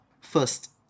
First